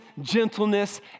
gentleness